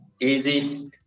easy